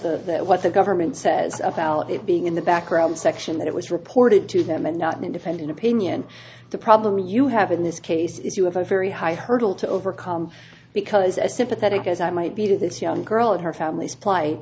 that what the government says of al of it being in the background section that it was reported to them and not an independent opinion the problem you have in this case is you have a very high hurdle to overcome because as sympathetic as i might be to this young girl and her family's plight